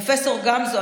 פרופ' גמזו,